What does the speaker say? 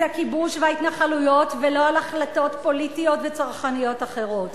הכיבוש וההתנחלויות ולא על החלטות פוליטיות וצרכניות אחרות.